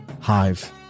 Hive